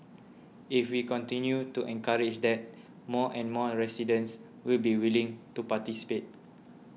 if we continue to encourage that more and more residents will be willing to participate